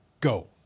go